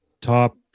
top